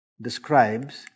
describes